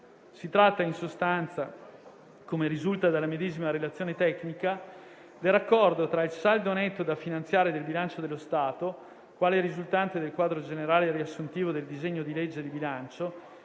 Si tratta in sostanza, come risulta dalla medesima relazione tecnica, del raccordo tra il saldo netto da finanziare del bilancio dello Stato, quale risultante dal quadro generale riassuntivo del disegno di legge di bilancio,